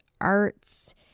arts